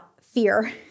fear